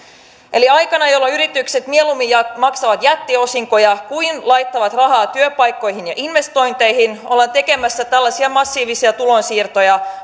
aikana jolloin yritykset mieluummin maksavat jättiosinkoja kuin laittavat rahaa työpaikkoihin ja investointeihin ollaan tekemässä tällaisia massiivisia tulonsiirtoja